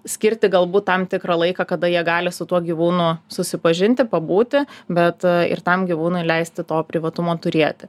skirti galbūt tam tikrą laiką kada jie gali su tuo gyvūnu susipažinti pabūti bet ir tam gyvūnui leisti to privatumo turėti